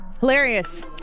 Hilarious